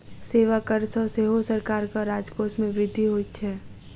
सेवा कर सॅ सेहो सरकारक राजकोष मे वृद्धि होइत छै